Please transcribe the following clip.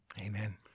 Amen